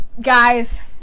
guys